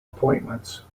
appointments